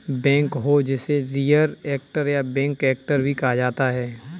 backhoe जिसे rear actor या back actor भी कहा जाता है